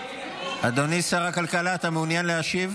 אדוני שר הכלכלה, אתה מעוניין להשיב?